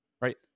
right